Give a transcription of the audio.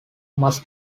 must